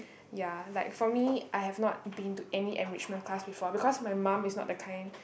ya like for me I have not been to any enrichment class before because my mum is not the kind